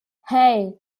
hey